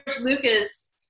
Lucas